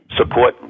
support